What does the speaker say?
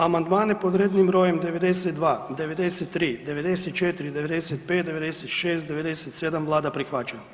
Amandmane pod rednim brojem 92, 93, 94, 95, 96 i 97 Vlada prihvaća.